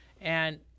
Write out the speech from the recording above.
And-